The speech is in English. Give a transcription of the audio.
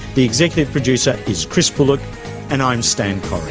the executive producer is chris bullock and i'm stan